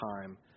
time